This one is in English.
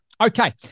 okay